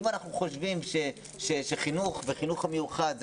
אם אנחנו חושבים שחינוך והחינוך המיוחד הוא